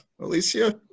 Alicia